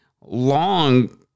long